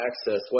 access